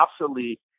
obsolete